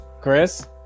chris